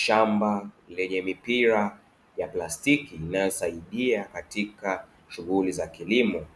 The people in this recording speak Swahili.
Shamba lenye mipira ya plastiki inayosadia katika shughuli za kilimo